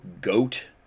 goat